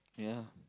ya